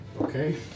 Okay